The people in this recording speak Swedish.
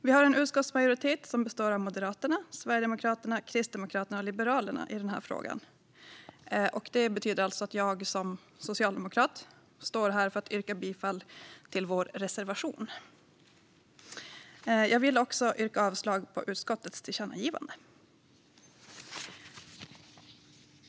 Vi har en utskottsmajoritet som består av Miljöpartiet, Sverigedemokraterna, Kristdemokraterna och Liberalerna i den här frågan, och det betyder alltså att jag som socialdemokrat står här för att yrka bifall till vår reservation. Jag vill också yrka avslag på utskottets förslag om tillkännagivande.